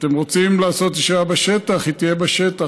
אתם רוצים לעשות ישיבה בשטח, היא תהיה בשטח.